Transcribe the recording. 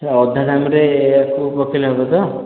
ଆଚ୍ଛା ଅଧା ଦାମ୍ରେ ଏହାକୁ ପକେଇଲେ ହେବ ତ